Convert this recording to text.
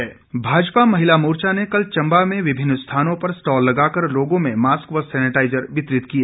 महिला मोर्चा भाजपा महिला मोर्चा ने कल चंबा में विभिन्न स्थानों पर स्टॉल लगाकर लोगों में मास्क व सेनेटाईज़र वितरित किए